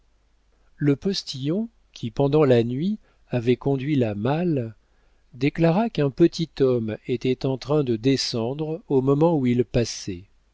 le postillon qui pendant la nuit avait conduit la malle déclara qu'un petit homme était en train de descendre au moment où il passait